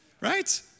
Right